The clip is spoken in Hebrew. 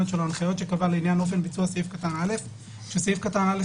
שלו הנחיות שקבע לעניין אופן ביצוע סעיף קטן (א) שזה